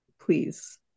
please